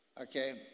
okay